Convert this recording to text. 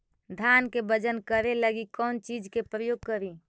धान के बजन करे लगी कौन चिज के प्रयोग करि?